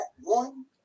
one